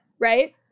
right